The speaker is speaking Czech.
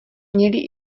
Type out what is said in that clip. měli